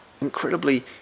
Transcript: incredibly